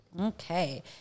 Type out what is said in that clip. Okay